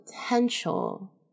potential